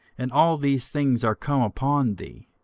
and all these things are come upon thee,